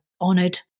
honored